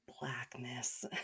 blackness